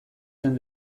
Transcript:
zen